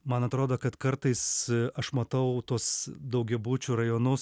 man atrodo kad kartais aš matau tuos daugiabučių rajonus